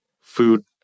food